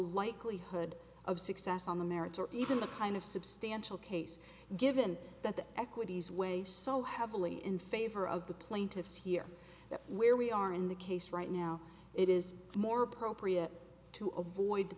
likelihood of success on the merits or even the kind of substantial case given that the equities way so have really in favor of the plaintiffs here that where we are in the case right now it is more appropriate to avoid th